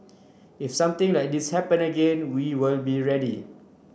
if something like this happen again we will be ready